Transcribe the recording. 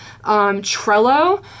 Trello